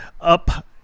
up